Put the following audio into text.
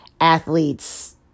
athletes